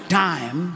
time